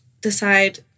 decide